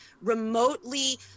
remotely